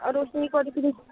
ରୋଷେଇ କରିକରି